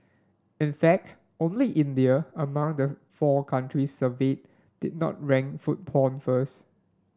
in fact only India among the four countries surveyed did not rank food porn first